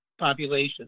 population